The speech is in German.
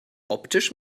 optisch